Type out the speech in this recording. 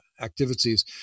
activities